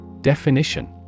Definition